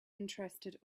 interested